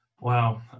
Wow